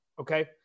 Okay